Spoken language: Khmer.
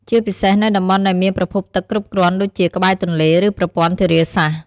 ជាពិសេសនៅតំបន់ដែលមានប្រភពទឹកគ្រប់គ្រាន់ដូចជាក្បែរទន្លេ ឬប្រព័ន្ធធារាសាស្ត្រ។